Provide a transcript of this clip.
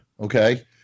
okay